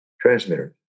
transmitter